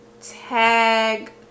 tag